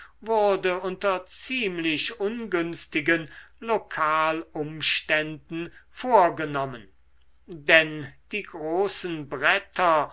unter ziemlich ungünstigen lokalumständen vorgenommen denn die großen bretter